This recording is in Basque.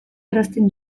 errazten